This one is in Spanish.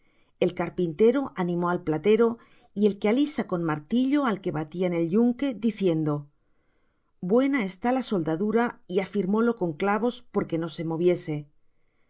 el carpintero animó al platero y el que alisa con martillo al que batía en el yunque diciendo buena está la soldadura y afirmólo con clavos porque no se moviese mas